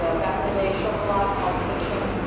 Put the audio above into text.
ah back in the day chocolat, pulp fiction,